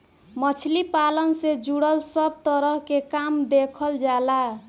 मछली पालन से जुड़ल सब तरह के काम देखल जाला